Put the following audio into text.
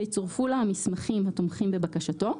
ויצורפו לה המסמכים התומכים בבקשתו,